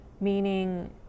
meaning